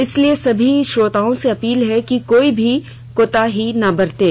इसलिए सभी श्रोताओं से अपील है कि कोई भी कोताही ना बरतें